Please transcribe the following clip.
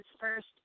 first